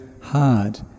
hard